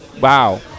wow